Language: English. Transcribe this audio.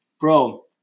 Bro